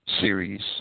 series